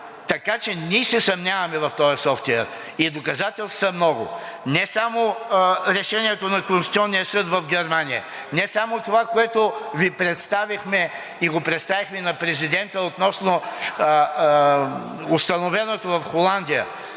това. Ние се съмняваме в този софтуер и доказателствата са много. Не само решението на Конституционния съд в Германия, не само това, което Ви представихме и го представихме на президента относно установеното в Холандия,